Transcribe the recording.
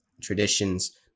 traditions